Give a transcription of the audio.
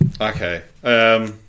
Okay